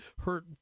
hurt